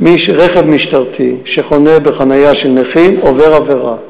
רכב משטרתי שחונה בחניה של נכים עובר עבירה,